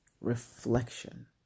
reflection